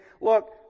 look